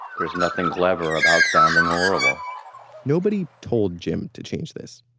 there's nothing clever about sounding horrible nobody told jim to change this.